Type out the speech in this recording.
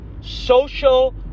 social